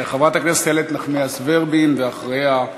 חברת הכנסת איילת נחמיאס ורבין, ואחריה,